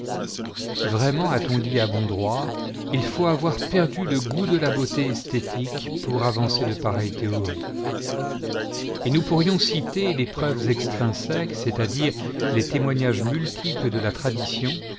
vraiment a-t-on dit à bon droit il faut avoir perdu le goût de la beauté esthétique pour avancer de pareilles théories et nous pourrions citer les preuves extrinsèques c'est-à-dire les témoignages multiples de la tradition